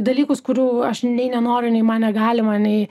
dalykus kurių aš nei nenoriu nei man negalima nei